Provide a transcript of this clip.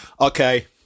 Okay